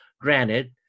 granted